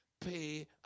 pay